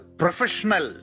professional